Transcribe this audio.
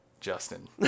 Justin